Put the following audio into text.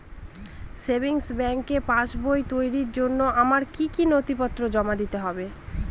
Savings ব্যাংকের পাসবই তৈরির জন্য আমার কি কি নথিপত্র জমা দিতে হবে?